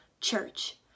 church